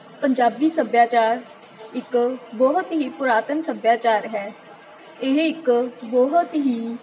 ਪੰਜਾਬੀ ਸੱਭਿਆਚਾਰ ਇੱਕ ਬਹੁਤ ਹੀ ਪੁਰਾਤਨ ਸੱਭਿਆਚਾਰ ਹੈ ਇਹ ਇੱਕ ਬਹੁਤ ਹੀ